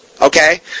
Okay